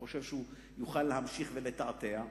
הוא חושב שהוא יוכל להמשיך ולתעתע.